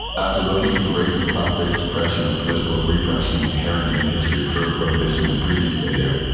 after looking at the race-and-class-based oppression and political repression inherent in the history of drug prohibition in the previous video,